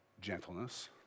gentleness